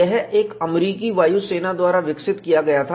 यह अमरीकी वायु सेना द्वारा विकसित किया गया था